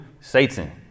Satan